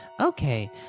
Okay